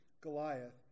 Goliath